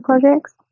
projects